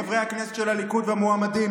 חברי הכנסת של הליכוד והמועמדים,